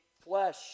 flesh